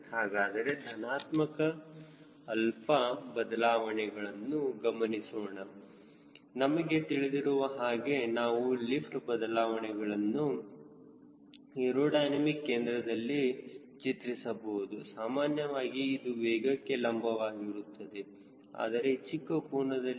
ಹಾಗಾದರೆ ಧನಾತ್ಮಕ ಅಲ್ಪ ಬದಲಾವಣೆಗಳನ್ನು ಗಮನಿಸೋಣ ನಮಗೆ ತಿಳಿದಿರುವ ಹಾಗೆ ನಾವು ಲಿಫ್ಟ್ ಬದಲಾವಣೆಗಳನ್ನು ಏರೋಡೈನಮಿಕ್ ಕೇಂದ್ರದಲ್ಲಿ ಚಿತ್ರಿಸಬಹುದು ಸಾಮಾನ್ಯವಾಗಿ ಅದು ವೇಗಕ್ಕೆ ಲಂಬವಾಗಿರಬೇಕು ಆದರೆ ಚಿಕ್ಕ ಕೋನದಲ್ಲಿ